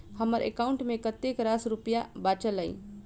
हम्मर एकाउंट मे कतेक रास रुपया बाचल अई?